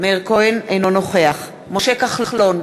אינו נוכח משה כחלון,